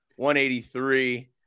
183